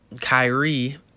Kyrie